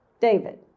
David